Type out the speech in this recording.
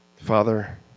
Father